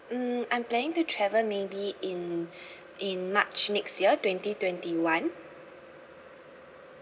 mm I'm planning to travel maybe in in march next year twenty twenty one